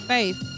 Faith